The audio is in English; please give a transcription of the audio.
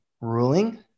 ruling